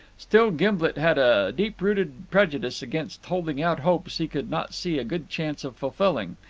still gimblet had a deep-rooted prejudice against holding out hopes he could not see a good chance of fulfilling,